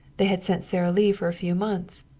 they had sent sara lee for a few months.